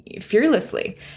fearlessly